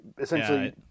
essentially